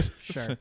sure